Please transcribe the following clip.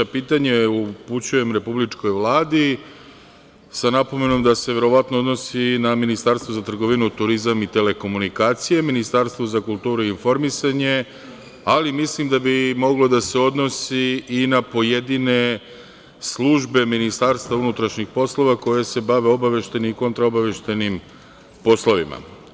Pitanje upućujem Republičkoj vladi sa napomenom da se verovatno odnosi i na Ministarstvo za trgovinu, turizam i telekomunikacije, Ministarstvo za kulturu i informisanje, ali mislim da bi moglo da se odnosi i na pojedine službe Ministarstva unutrašnjih poslova, koje se bave obaveštajnim i kontraobaveštajnim poslovima.